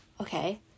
okay